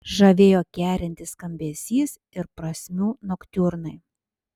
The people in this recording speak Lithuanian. žavėjo kerintis skambesys ir prasmių noktiurnai